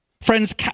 Friends